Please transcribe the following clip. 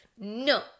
No